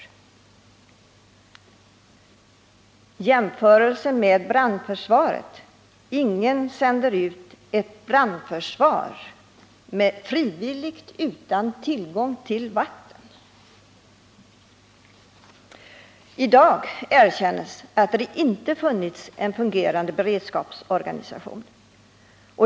Beträffande jämförelsen med brandförsvaret vill jag säga att ingen sänder ut ett brandförsvar med frivilliga utan tillgång till vatten. I dag erkänner man att det inte funnits en fungerande beredskapsorganisation.